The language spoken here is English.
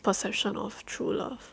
perception of true love